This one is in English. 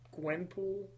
Gwenpool